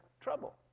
trouble